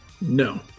No